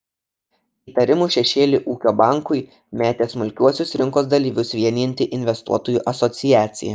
įtarimų šešėlį ūkio bankui metė smulkiuosius rinkos dalyvius vienijanti investuotojų asociacija